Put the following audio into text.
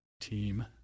team